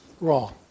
wrong